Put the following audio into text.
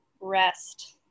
rest